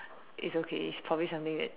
it's okay it's probably something that